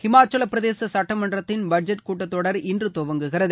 ஹிமாச்சலப்பிரதேச சட்டப்பேரவையின் பட்ஜெட் கூட்டத் தொடர் இன்று தொடங்குகிறது